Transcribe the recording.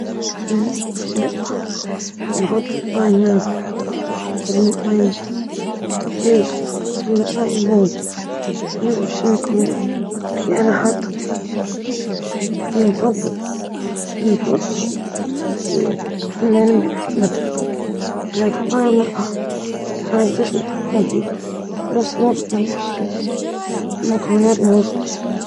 نفضل أن أكون فنانًا مشهورًا، لأنه الفن يعبر عن المشاعر والأفكار، ويترك أثر كبير على حياة الناس، والرياضة رغم قيمتها، لكنها تركز على الأداء الجسدي.